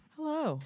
Hello